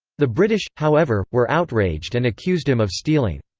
the british, however, were outraged and accused him of stealing.